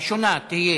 הראשונה תהיה